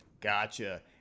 Gotcha